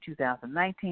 2019